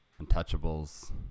Untouchables